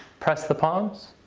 press the palms.